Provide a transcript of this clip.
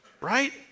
Right